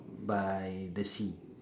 by the sea